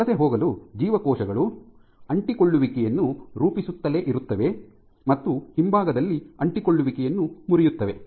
ವಲಸೆ ಹೋಗಲು ಜೀವಕೋಶಗಳು ಅಂಟಿಕೊಳ್ಳುವಿಕೆಯನ್ನು ರೂಪಿಸುತ್ತಲೇ ಇರುತ್ತವೆ ಮತ್ತು ಹಿಂಭಾಗದಲ್ಲಿ ಅಂಟಿಕೊಳ್ಳುವಿಕೆಯನ್ನು ಮುರಿಯುತ್ತವೆ